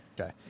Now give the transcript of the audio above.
Okay